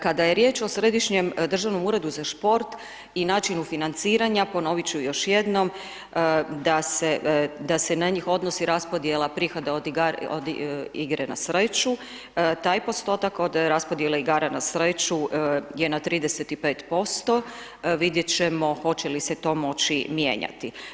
Kada je riječ o središnjem državnom uredu za šport i načinu financiranja, ponoviti ću još jednom, da se na njih odnosi raspodjela prihoda od igre na sreću, taj postotak, od raspodijele igara na sreću je na 35%, vidjeti ćemo hoće li se to moći mijenjati.